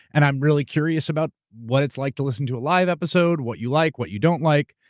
and i'm really curious about what it's like to listen to a live episode. what you like, what you don't like.